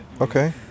okay